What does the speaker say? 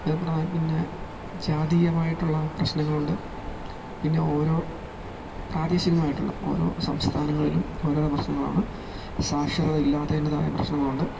അത് പിന്നെ ജാതീയമായിട്ടുള്ള പ്രശ്നങ്ങൾ ഉണ്ട് പിന്നെ ഓരോ പ്രാദേശികമായിട്ടുള്ള ഓരോ സംസ്ഥാനങ്ങളിലും ഓരോരോ പ്രശ്നങ്ങളാണ് സാക്ഷരത ഇല്ലാത്തതിൻ്റെതായ പ്രശ്നങ്ങൾ ഉണ്ട്